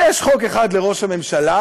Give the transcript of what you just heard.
ויש חוק אחד לראש הממשלה,